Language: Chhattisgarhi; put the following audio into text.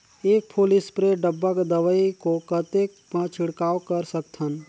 एक फुल स्प्रे डब्बा दवाई को कतेक म छिड़काव कर सकथन?